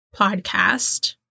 podcast